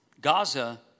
Gaza